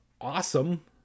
awesome